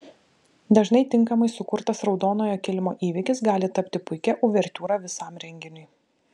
dažnai tinkamai sukurtas raudonojo kilimo įvykis gali tapti puikia uvertiūra visam renginiui